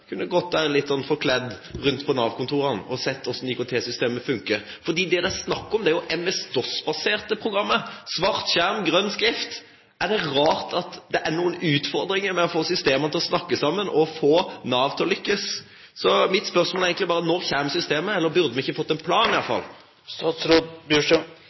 funker. For det det er snakk om, er MS-Dos-baserte programmer – svart skjerm, grønn skrift. Er det rart at det er noen utfordringer med å få systemene til å snakke sammen og få Nav til å lykkes? Mitt spørsmål er egentlig bare: Når kommer systemet – eller burde vi ikke i hvert fall fått en plan?